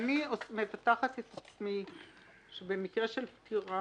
כשאני מבטחת את עצמי שבמקרה של פטירה